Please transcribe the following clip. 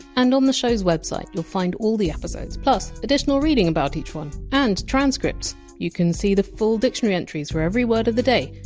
and on the show! s website, you! ll find all the episodes plus additional reading about each one, and transcripts you can see the full dictionary entries for every word of the day,